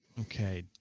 okay